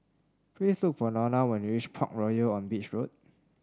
please look for Lorna when you reach Parkroyal on Beach Road